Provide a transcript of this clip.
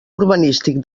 urbanístic